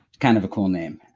kind of a cool name.